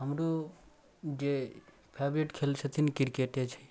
हमरो जे फेवरेट खेल छथिन किरकेटे छै